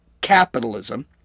capitalism